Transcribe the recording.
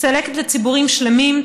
צלקת לציבורים שלמים,